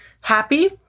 happy